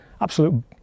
absolute